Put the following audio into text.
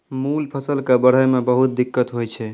मूल फसल कॅ बढ़ै मॅ बहुत दिक्कत होय छै